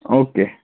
okay